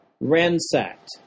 Ransacked